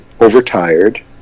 overtired